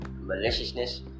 maliciousness